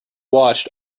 watched